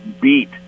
beat